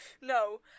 No